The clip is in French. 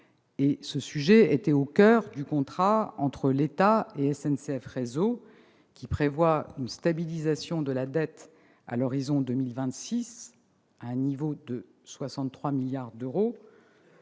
se trouve au coeur du contrat entre l'État et SNCF Réseau, qui prévoit une stabilisation de la dette à l'horizon de 2026 à un niveau de 63 milliards d'euros,